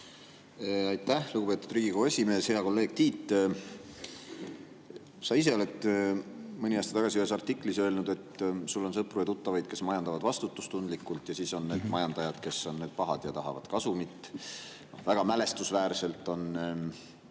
Aitäh, lugupeetud Riigikogu esimees! Hea kolleeg Tiit! Sa ise oled mõni aasta tagasi ühes artiklis öelnud, et sul on sõpru ja tuttavaid, kes majandavad vastutustundlikult, aga siis on need majandajad, kes on pahad ja tahavad kasumit. Meelde on